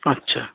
আচ্ছা